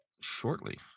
shortly